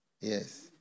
Yes